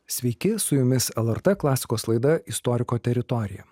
sveiki su jumis lrt klasikos laida istoriko teritorija